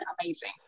Amazing